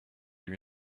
lui